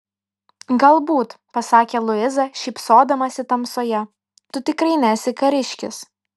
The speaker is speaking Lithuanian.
galbūt pasakė luiza šypsodamasi tamsoje tu tikrai nesi kariškis